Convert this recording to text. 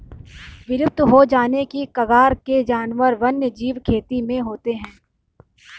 विलुप्त हो जाने की कगार के जानवर वन्यजीव खेती में होते हैं